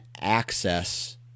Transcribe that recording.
access